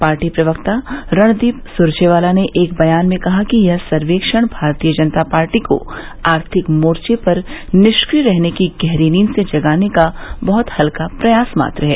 party प्रवक्ता रणदीप सुरजेवाला ने एक बयान में कहा कि यह सर्वेक्षण भारतीय जनता पार्टी को आर्थिक मोर्चे पर निष्क्रिय रहने की गहरी नींद से जगाने का बहुत हल्का प्रयास मात्र है